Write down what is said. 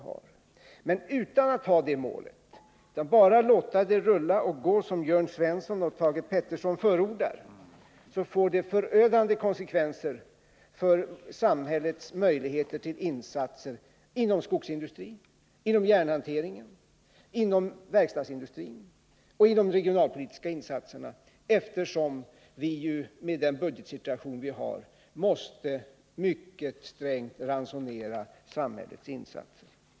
Om man inte har detta mål utan bara låter det hela rulla vidare, som Jörn Svensson och Thage Peterson förordar, blir konsekvenserna förödande för samhällets möjligheter till insatser inom skogsindustrin, järnhanteringen, verkstadsindustrin och för de regionalpolitiska insatserna, eftersom vi med den budgetsituation vi har mycket strängt måste ransonera samhällets insatser.